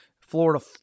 Florida